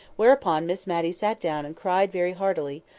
whereupon miss matty sat down and cried very heartily,